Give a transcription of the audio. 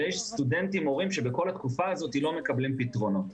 ויש סטודנטים שאומרים שבכל התקופה הזאת לא מקבלים פתרונות.